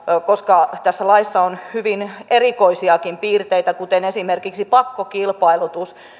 koska tässä laissa on hyvin erikoisiakin piirteitä kuten esimerkiksi pakkokilpailutus